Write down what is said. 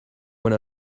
when